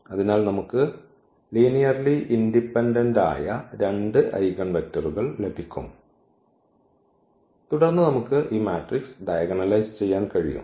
അതിനാൽ നമുക്ക് linearly independent ആയ രണ്ട് ഐഗൻവെക്ടറുകൾ ലഭിക്കും തുടർന്ന് നമുക്ക് ഈ മാട്രിക്സ് ഡയഗണലൈസ് ചെയ്യാൻ കഴിയും